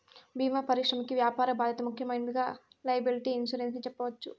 భీమా పరిశ్రమకి వ్యాపార బాధ్యత ముఖ్యమైనదిగా లైయబిలిటీ ఇన్సురెన్స్ ని చెప్పవచ్చు